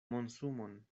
monsumon